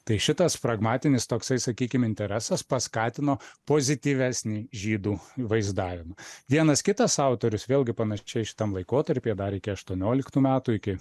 tai šitas pragmatinis toksai sakykim interesas paskatino pozityvesnį žydų vaizdavimą vienas kitas autorius vėlgi panašiai šitam laikotarpyje dar iki aštuonioliktų metų iki